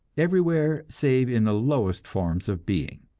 everywhere save in the lowest forms of being.